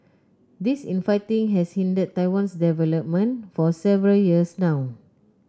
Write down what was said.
this infighting has hindered Taiwan's development for several years now